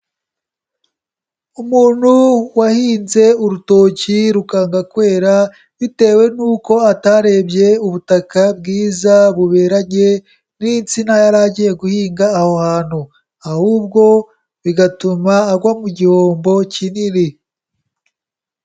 Umuntu wahinze urutoki rukanga kwera, bitewe nuko atarebye ubutaka bwiza buberanye n'insina yari agiye guhinga aho hantu. Ahubwo bigatuma agwa mu gihombo kinini.